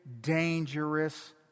dangerous